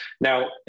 Now